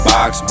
Box